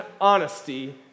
honesty